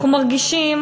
אנחנו מרגישים